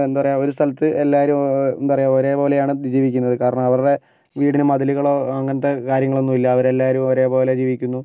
എന്താ പറയുക ഒരു സ്ഥലത്ത് എല്ലാവരും എന്താ പറയുക ഒരേപോലെയാണ് ജീവിക്കുന്നത് കാരണം അവരുടെ വീടിന് മതിലുകളോ അങ്ങനത്തെ കാര്യങ്ങളൊന്നൂല്ല അവരെല്ലാരും ഒരേപോലെ ജീവിക്കുന്നു